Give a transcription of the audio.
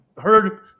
heard